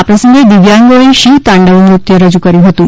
આ પ્રસંગે દિવ્યાંગોએ શિવતાંડવ નૃત્ય રજૂ કર્યું હતું